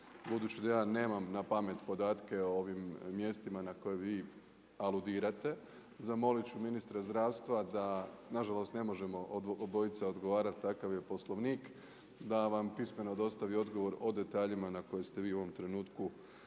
budući da ja nemam napamet podatke o ovim mjestima na koja vi aludirate. Zamolit ću ministra zdravstva da nažalost ne možemo obojica odgovarati, takav je Poslovnik, da vam pismeno dostavi odgovor o detaljima na koje ste vi u ovom trenutku